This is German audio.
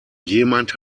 jemand